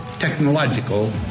technological